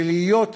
ולהיות,